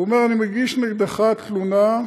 הוא אומר: אני מגיש נגדך תלונה,